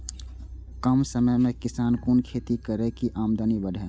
कम समय में किसान कुन खैती करै की आमदनी बढ़े?